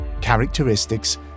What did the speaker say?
characteristics